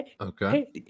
Okay